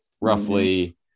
roughly